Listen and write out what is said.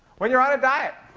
when you're on a diet!